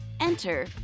Enter